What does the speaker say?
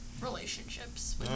relationships